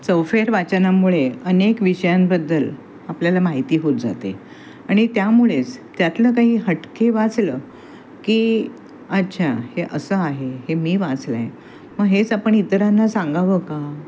चौफेअर वाचनामुळे अनेक विषयांबद्दल आपल्याला माहिती होत जाते आणि त्यामुळेच त्यातलं काही हटके वाचलं की अच्छा हे असं आहे हे मी वाचलं आहे मग हेच आपण इतरांना सांगावं का